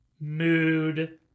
mood